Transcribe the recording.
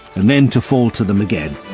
and then to fall to them again.